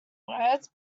words